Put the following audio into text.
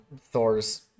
Thor's